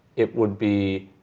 it would be